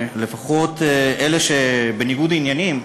לפחות אלה שבניגוד עניינים,